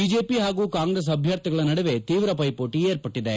BJP ಹಾಗೂ ಕಾಂಗ್ರೆಸ್ ಅಭ್ಲರ್ಥಿಗಳ ನಡುವೆ ತೀವ್ರ ಪೈಸೋಟ ಏರ್ಪಟ್ಲದೆ